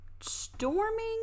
storming